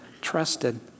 trusted